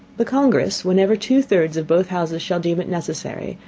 the congress, whenever two thirds of both houses shall deem it necessary,